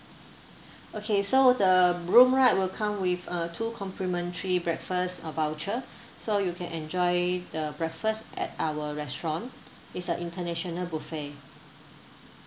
okay so the room right will come with a two complimentary breakfast uh voucher so you can enjoy the breakfast at our restaurant is an international buffet